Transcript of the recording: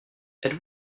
êtes